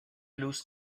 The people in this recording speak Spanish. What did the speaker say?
luz